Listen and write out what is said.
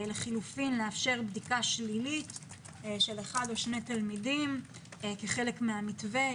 לחילופין לאפשר בדיקה שלילית של אחד או שני תלמידים כחלק מהמתווה.